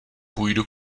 půjdu